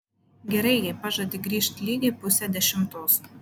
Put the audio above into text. gerai jei pažadi grįžt lygiai pusę dešimtos